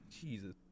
Jesus